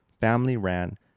family-ran